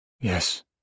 Yes